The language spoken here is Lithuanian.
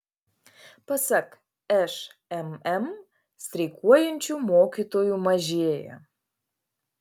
pasak šmm streikuojančių mokytojų mažėja